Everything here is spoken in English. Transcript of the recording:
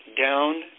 Down